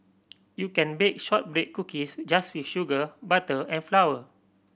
you can bake shortbread cookies just with sugar butter and flour